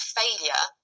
failure